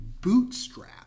bootstrap